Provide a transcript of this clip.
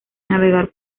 navegar